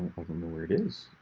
where it is.